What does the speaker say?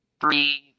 three